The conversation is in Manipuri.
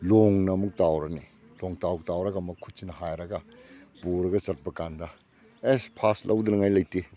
ꯂꯣꯡꯅ ꯑꯃꯨꯛ ꯇꯥꯎꯔꯅꯤ ꯂꯣꯡꯇꯥꯎ ꯇꯥꯎꯔꯒ ꯑꯃꯨꯛ ꯈꯨꯠꯁꯤꯅ ꯍꯥꯏꯔꯒ ꯄꯨꯔꯒ ꯆꯠꯄ ꯀꯥꯟꯗ ꯑꯦꯁ ꯐꯥꯔꯁ ꯂꯧꯗꯅꯤꯡꯉꯥꯏ ꯂꯩꯇꯦ